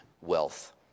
wealth